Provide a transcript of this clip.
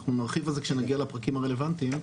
נרחיב על זה כשנגיע לפרקים הרלוונטיים.